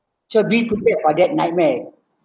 so be prepare about that nightmare